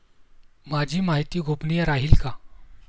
माझी माहिती गोपनीय राहील का?